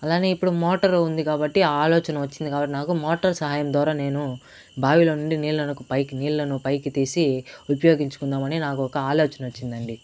అలానే ఇప్పుడు మోటార్ ఉంది కాబట్టి ఆ ఆలోచన వచ్చింది కాబట్టి నాకు మోటార్ సహాయం ద్వారా నేను బావిలో నుండి నీళ్లను పైకి నీళ్లను పైకి తీసి ఉపయోగించుకుందాం అని నాకు ఒక ఆలోచన వచ్చిందండి